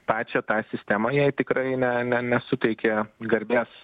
pačią tą sistemą jai tikrai ne ne nesuteikė garbės